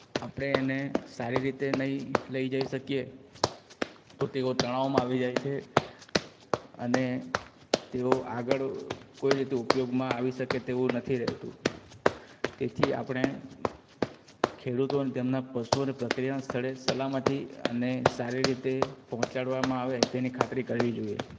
આપણે એને સારી રીતે નહીં લઈ જઈ શકીએ તો તેઓ તણાવમાં આવી જાય છે અને તેઓ આગળ કોઈ રીતે ઉપયોગમાં આવી શકે તેવું નથી રહેતું તેથી આપણે ખેડૂતો અને તેમના પશુઓને પ્રક્રિયાના સ્થળે સલામતી અને સારી રીતે પહોંચાડવામાં આવે તેની ખાતરી કરવી જોઈએ